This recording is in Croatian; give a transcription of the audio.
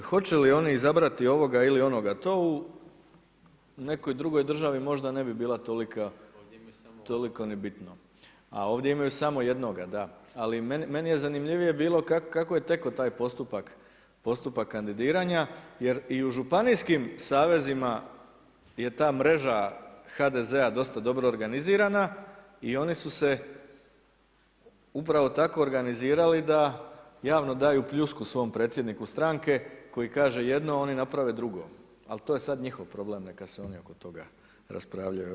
Hoće li oni izabrati ovoga ili onoga, to u nekoj drugoj državi možda ne bi bilo toliko ni bitno a ovdje imaju samo jednoga, da, ali meni je zanimljivije bilo kako je tekao taj postupak kandidiranja jer i u županijskim savezima je ta mreža HDZ-a dosta dobro organizirana i oni su se upravo tako organizirali da javno daju pljusku svom predsjedniku stranke koji kaže jedno, oni naprave drugo, ali to je sad njihov problem, neka se oni oko toga raspravljaju.